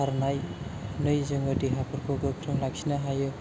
खारनानै जों देहाफोरखौ गोख्रों लाखिनो हायो